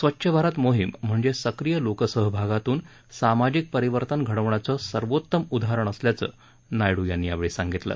स्वच्छ भारत मोहीम म्हणजे सक्रीय लोकसहभागातून सामाजिक परिवर्तन घडवण्याचं सर्वोत्तम उदाहरण असल्याचं नायडू यांनी यावेळी सांगितलं